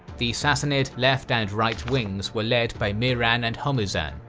the sassanid left and right wings were led by mihran and hormuzan,